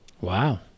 Wow